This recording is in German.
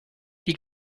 die